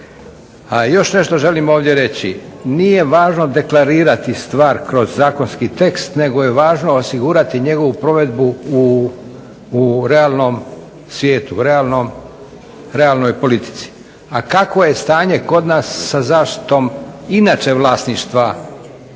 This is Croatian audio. A još nešto želim reći. Nije važno deklarirati stvar kroz zakonski tekst nego je važno osigurati njegovu provedbu u realnom svijetu u realnoj politici. A kako je stanje kod nas sa zaštitom inače vlasništva u